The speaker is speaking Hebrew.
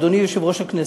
אדוני יושב-ראש הכנסת,